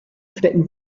stecken